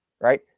right